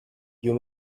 you